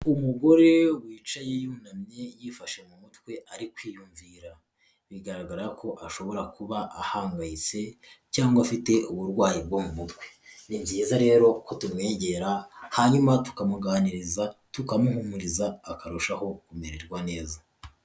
Umugore wicaye yunamye yifashe mu mutwe ari kwiyumvira bigaragara ko ashobora kuba ahangayitse cyangwa afite uburwayi bwo mu mutwe, ni byiza rero ko tumwegera hanyuma tukamuganiriza tukamuhumuriza akarushaho kumererwa neza.